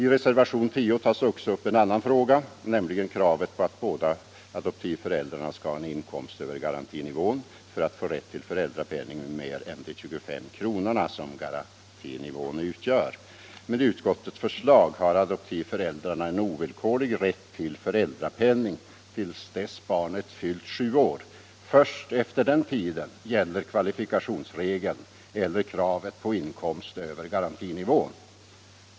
I reservationen 10 tas också en annan fråga upp, nämligen kravet att båda adoptivföräldrarna skall ha en inkomst över garantinivån för att få rätt till föräldrapenning med mer än de 25 kr. som garantinivån utgör. Med utskottets förslag har adoptivföräldrarna en ovillkorlig rätt till föräldrapenning till dess barnet har fyllt sju år. Först efter den tiden gäller kvalifikationsregeln eller kravet på inkomst över garantinivån.